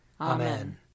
Amen